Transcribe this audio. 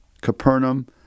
Capernaum